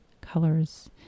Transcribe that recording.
colors